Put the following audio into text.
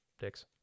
dicks